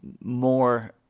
more